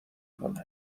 کنه